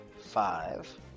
five